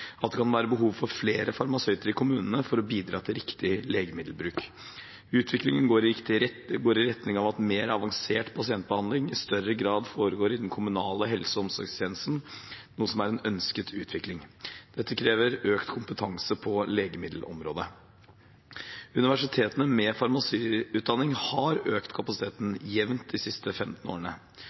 at det kan være behov for flere farmasøyter i kommunene for å bidra til riktig legemiddelbruk. Utviklingen går i retning av at mer avansert pasientbehandling i større grad foregår innen den kommunale helse- og omsorgstjenesten, noe som er en ønsket utvikling. Dette krever økt kompetanse på legemiddelområdet. Universitetene med farmasiutdanning har økt kapasiteten jevnt de siste 15 årene.